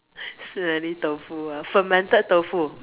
smelly tofu ah fermented tofu